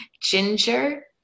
ginger